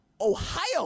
Ohio